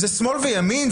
זה שמאל וימין?